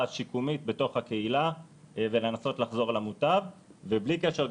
שיקומית בתוך הקהילה כדי לנסות לחזור למוטב ובלי קשר,